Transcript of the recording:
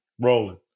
rolling